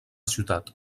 ciutat